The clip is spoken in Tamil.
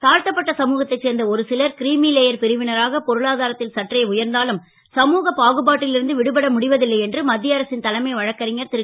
தா த்தப்பட்ட சமூகத்தைச் சேர்ந்த ஒருசிலர் கிரிமிலேயர் பிரிவினராக பொருளாதாரத் ல் சற்றே உயர்ந்தாலும் சமூக பாகுபாட்டில் இருந்து விடுபட முடிவ ல்லை என்று மத் ய அரசின் தலைமை வழக்கறிஞர் ரு